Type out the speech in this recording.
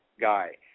guy